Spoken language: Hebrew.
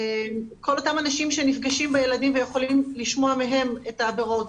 כל אותם אנשים שנפגשים בילדים ויכולים לשמוע מהם את העבירות.